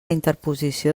interposició